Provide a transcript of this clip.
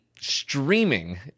streaming